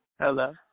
Hello